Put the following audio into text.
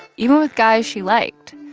even with guys she liked.